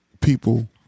people